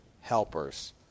helpers